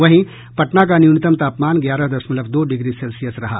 वहीं पटना का न्यूनतम तापमान ग्यारह दशमलव दो डिग्री सेल्सियस रहा